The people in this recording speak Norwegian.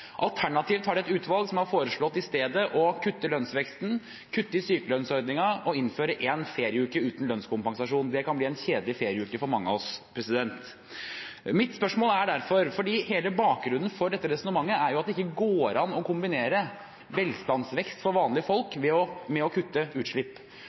Alternativt har de et utvalg som i stedet har foreslått å kutte i lønnsveksten, kutte i sykelønnsordningen og innføre én ferieuke uten lønnskompensasjon. Det kan bli en kjedelig ferieuke for mange av oss. Mitt spørsmål er derfor, fordi hele bakgrunnen for dette resonnementet er at det ikke går an å kombinere velstandsvekst for